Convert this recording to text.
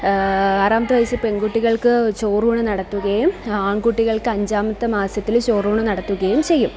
ആറാമത്തെ വയസ്സില് പെണ്കുട്ടികള്ക്ക് ചോറൂണ് നടത്തുകയും ആണ്കുട്ടികള്ക്ക് അഞ്ചാമത്തെ മാസത്തില് ചോറൂണ് നടത്തുകയും ചെയ്യും